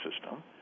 system